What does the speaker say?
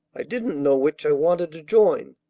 i didn't know which i wanted to join.